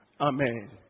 Amen